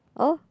oh